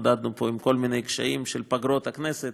התמודדנו פה עם כל מיני קשיים של פגרות הכנסת